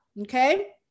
Okay